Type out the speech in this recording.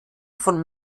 von